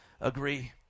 agree